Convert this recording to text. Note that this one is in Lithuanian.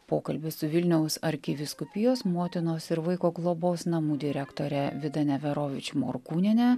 pokalbis su vilniaus arkivyskupijos motinos ir vaiko globos namų direktore vida neverovič morkūniene